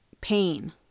pain